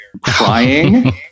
crying